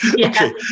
Okay